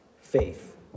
faith